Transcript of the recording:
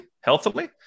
healthily